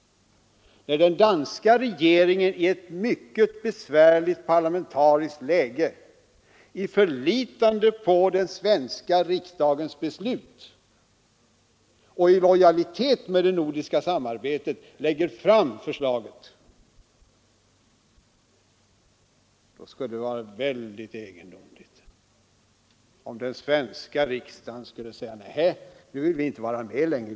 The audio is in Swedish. Då den danska regeringen i ett mycket besvärligt parlamentariskt läge, i förlitande på den svenska riksdagens beslut och i lojalitet mot det nordiska samarbetet, lägger fram förslaget, så skulle det vara mycket egendomligt om den svenska riksdagen förklarade: Nej, nu vill vi inte vara med längre.